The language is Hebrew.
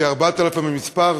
כ-4,000 במספר,